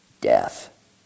death